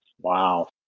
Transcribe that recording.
Wow